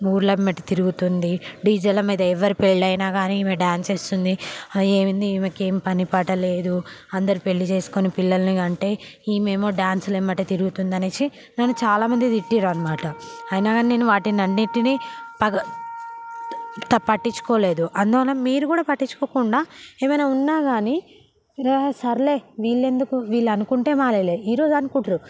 ఊరిలో అమ్మేట తిరుగుతుంది డీజేల మీద ఎవరి పెళ్లి అయినా కాని ఈమె డాన్స్ వేస్తుంది ఏంది ఈమెకి పని పాట లేదు అందరి పెళ్లి చేసుకొని పిల్లల్ని కంటే ఈమె ఏమో డాన్స్లు ఎమ్మటే తిరుగుతుంది అనేసి నన్ను చాలామంది తిట్టిండ్రు అనమాట అయినా కాని వాటన్నిటిని పగ పట్టించుకోలేదు అందువలన మీరు కూడా పట్టించుకోకుండా ఏమైనా ఉన్నా కాని సర్లే వీళ్ళెందుకు వీళ్ళనుకుంటే మానీలే ఈ రోజు అనుకుంటురు